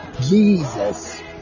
Jesus